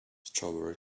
strawberry